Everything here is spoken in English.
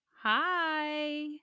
Hi